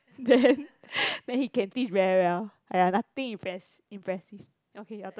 then then he can teach very well !aiya! nothing impress~ impressive okay your turn